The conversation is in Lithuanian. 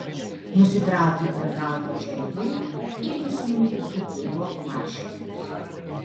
nusitraukiu per galvą džemperį ir įsmunku į tėvo marškinius